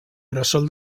bressol